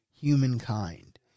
humankind